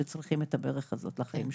שצריכים את הברך הזאת לחיים שלהם.